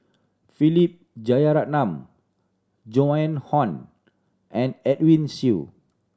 Philip Jeyaretnam Joan Hon and Edwin Siew